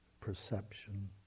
perception